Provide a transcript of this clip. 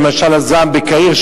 למשל הזעם בקהיר,